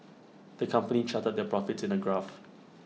the company charted their profits in A graph